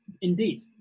indeed